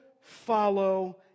follow